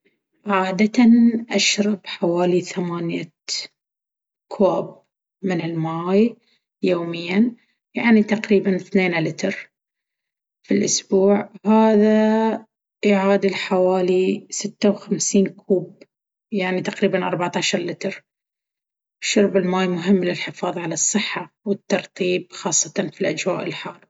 عادةً، أشرب حوالي ثمانية كواب من الماي يوميًا، يعني تقريبًا اثنين لتر. في الأسبوع، هذا يعادل حوالي ستة وخمسين كوب، يعني تقريبًا أربعة عشرلتر. شرب الماي مهم للحفاظ على الصحة والترطيب، خاصةً في الأجواء الحارة.